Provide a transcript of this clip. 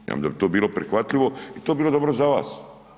Ja mislim da bi to bilo prihvatljivo i to bi bilo dobro za vas.